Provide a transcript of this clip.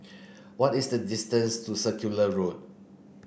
what is the distance to Circular Road